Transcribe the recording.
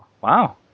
wow